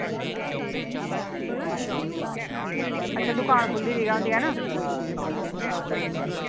ते दुकान खु'ल्ली दी गै होंदी ऐ ना